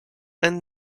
and